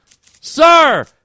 Sir